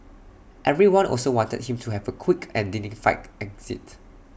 everyone also wanted him to have A quick and dignified exit